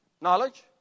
Knowledge